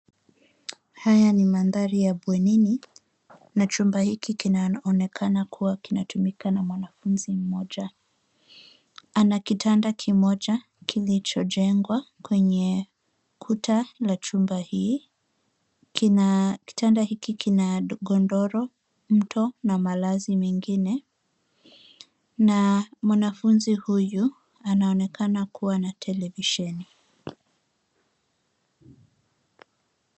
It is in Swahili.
Haya ni mandhari ya bwenini ,na chumba hiki kinaoonekana kuwa kinatumika na mwanafunzi mmoja ,ana kitanda kimoja kilichojengwa kwenye kuta la chumba hili ,kitanda hiki kina godoro ,mto na malazi mengine na mwanafunzi huyu anaonekana kuwa na televisheni.